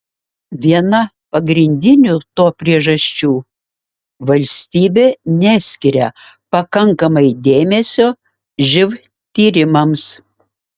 viena pagrindinių to priežasčių valstybė neskiria pakankamai dėmesio živ tyrimams